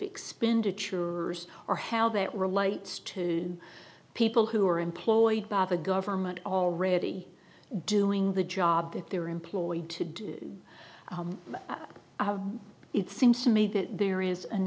expenditure or how that relates to people who are employed by the government already doing the job that they're employed to do it seems to me that there is an